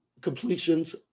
completions